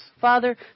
Father